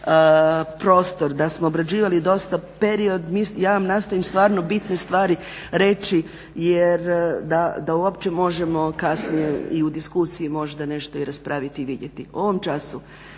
prostor, da smo dosta veliki period ja vam nastojim stvarno bitne stvari reći da uopće možemo kasnije i u diskusiji možda nešto raspraviti i vidjeti. U ovom času